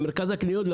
למרכז הקניות,